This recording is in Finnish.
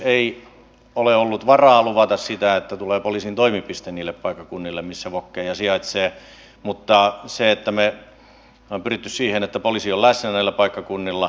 ei ole ollut varaa luvata sitä että tulee poliisin toimipiste niille paikkakunnille missä vokeja sijaitsee mutta me olemme pyrkineet siihen että poliisi on läsnä näillä paikkakunnilla